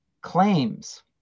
claims